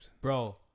bro